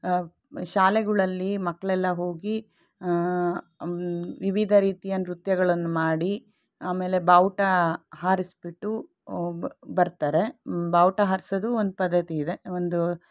ಶಾಲೆಗಳಲ್ಲಿ ಮಕ್ಕಳೆಲ್ಲ ಹೋಗಿ ವಿವಿಧ ರೀತಿಯ ನೃತ್ಯಗಳನ್ನು ಮಾಡಿ ಆಮೇಲೆ ಬಾವುಟ ಹಾರಿಸ್ಬಿಟ್ಟು ಬರ್ತಾರೆ ಬಾವುಟ ಹಾರ್ಸೋದು ಒಂದು ಪದ್ಧತಿ ಇದೆ ಒಂದು